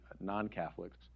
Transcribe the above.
non-Catholics